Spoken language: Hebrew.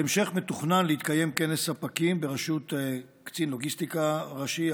בהמשך מתוכנן להתקיים כנס ספקים בראשות קצין לוגיסטיקה ראשי,